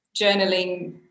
journaling